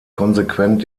konsequent